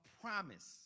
promise